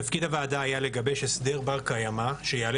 תפקיד הוועדה היה לגבש הסדר בר קיימא שיעלה